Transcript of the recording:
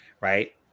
right